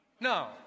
No